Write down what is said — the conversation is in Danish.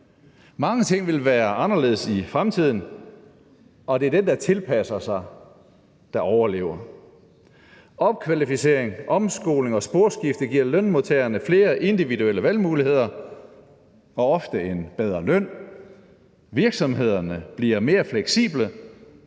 Mange ting vil være anderledes i fremtiden, og det er den, der tilpasser sig, der overlever. Opkvalificering, omskoling og sporskifte giver lønmodtagerne flere individuelle valgmuligheder og ofte en bedre løn. Virksomhederne bliver mere fleksible,